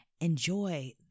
Enjoy